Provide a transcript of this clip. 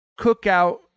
cookout